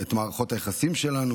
את מערכות היחסים שלנו,